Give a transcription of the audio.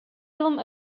film